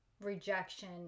rejection